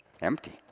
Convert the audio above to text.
Empty